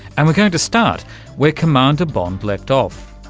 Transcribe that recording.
and we're going to start where commander bond left off.